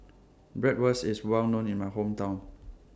Bratwurst IS Well known in My Hometown